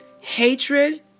hatred